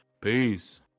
Peace